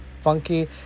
funky